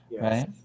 right